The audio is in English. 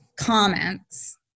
comments